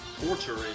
Torture